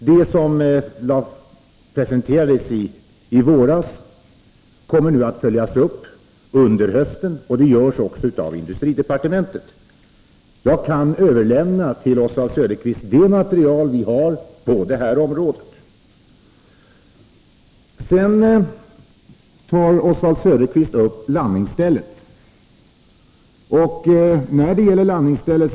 Det som presenterades i våras kommer att följas upp under hösten, och det görs också inom industridepartementet. Jag kan till Oswald Söderqvist överlämna det material vi har på detta område. Sedan tar Oswald Söderqvist upp frågan om landningsstället.